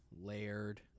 layered